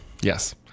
Yes